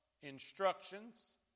instructions